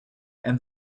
and